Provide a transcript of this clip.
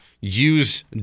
use